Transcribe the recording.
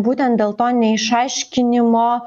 būtent dėl to neišaiškinimo